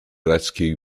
rescue